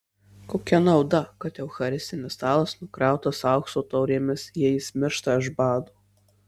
kokia nauda kad eucharistinis stalas nukrautas aukso taurėmis jei jis miršta iš bado